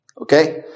Okay